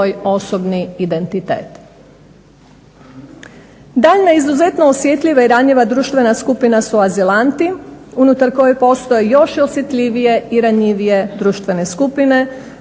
Daljnja izuzetno osjetljiva i ranjiva društvena skupina su azilanti unutar koje postoje još osjetljivije i ranjivije društvene skupine